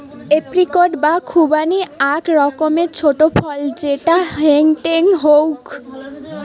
apricot বা খুবানি আক রকমের ছোট ফল যেটা হেংটেং হউক